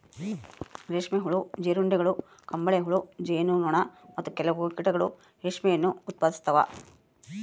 ರೇಷ್ಮೆ ಹುಳು, ಜೀರುಂಡೆಗಳು, ಕಂಬಳಿಹುಳು, ಜೇನು ನೊಣ, ಮತ್ತು ಕೆಲವು ಕೀಟಗಳು ರೇಷ್ಮೆಯನ್ನು ಉತ್ಪಾದಿಸ್ತವ